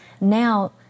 now